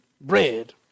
bread